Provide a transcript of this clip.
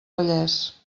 vallès